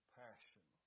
passion